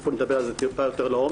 תיכף נדבר על זה טיפה יותר לעומק,